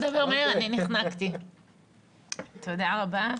תודה רבה.